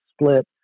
split